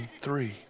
three